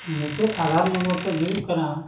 ᱢᱩᱪᱟᱹᱫ ᱟᱫᱷᱟᱨ ᱛᱤᱧ ᱦᱩᱭᱩᱜ ᱠᱟᱱᱟ